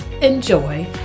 enjoy